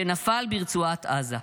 שנפל ברצועת עזה.